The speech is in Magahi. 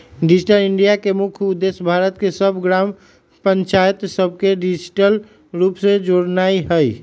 डिजिटल इंडिया के मुख्य उद्देश्य भारत के सभ ग्राम पञ्चाइत सभके डिजिटल रूप से जोड़नाइ हइ